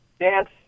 Dance